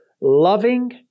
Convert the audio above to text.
Loving